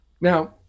Now